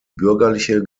bürgerliche